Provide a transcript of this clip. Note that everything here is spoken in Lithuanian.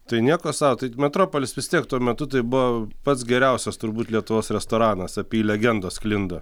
tai nieko sau ta metropolis vis tiek tuo metu tai buvo pats geriausias turbūt lietuvos restoranas apie jį legendos sklindo